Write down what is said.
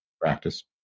practice